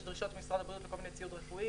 יש דרישות של משרד הבריאות לכל מיני ציוד רפואי,